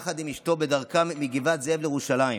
יחד עם אשתו, בדרכם מגבעת זאב לירושלים.